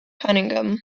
cunningham